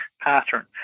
pattern